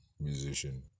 musician